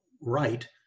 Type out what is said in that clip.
right